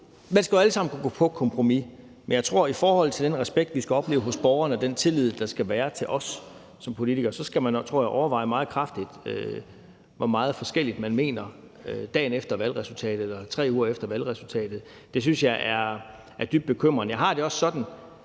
Vi skal jo alle sammen kunne gå på kompromis, men jeg tror også, vi i forhold til den respekt, vi skal opleve hos borgerne, og den tillid, der skal være til os som politikere, så skal overveje meget kraftigt, hvor meget forskelligt vi mener dagen efter valgresultatet eller 3 uger efter valgresultatet, i forhold til før. Det synes jeg er dybt bekymrende. Jeg har det også sådan,